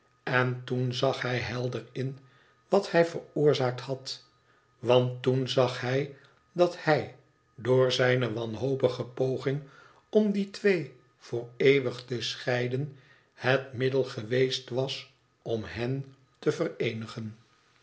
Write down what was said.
en toen zag hij helder in wat hij veroorzaakt had want toen zag hij dat hij door zijne wanhopige poging om die twee voor eeuwig te scheiden het middel geweest was om hen te vereenigen